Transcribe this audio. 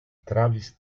travis